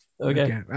Okay